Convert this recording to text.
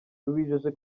tubijeje